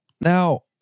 Now